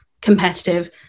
competitive